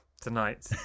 tonight